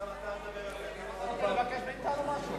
אתה רוצה לבקש מאתנו משהו?